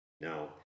now